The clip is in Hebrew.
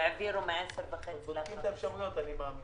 העבירו את הישיבה של ועדת הכנסת מ-10:30